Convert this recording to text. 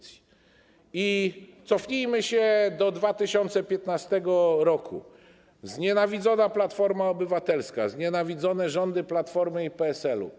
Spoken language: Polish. Cofnijmy się do 2015 r. Znienawidzona Platforma Obywatelska, znienawidzone rządy Platformy i PSL-u.